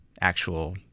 actual